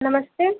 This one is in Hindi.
नमस्ते